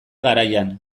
garaian